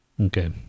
Okay